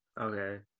Okay